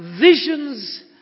visions